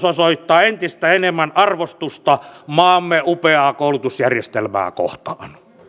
osoittaa entistä enemmän arvostusta maamme upeaa koulutusjärjestelmää kohtaan